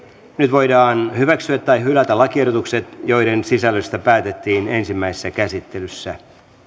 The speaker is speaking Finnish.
voidaan hyväksyä tai hylätä lakiehdotukset joiden sisällöstä päätettiin ensimmäisessä käsittelyssä